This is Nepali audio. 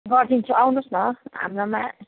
गरिदिन्छु आउनु होस् हाम्रोमा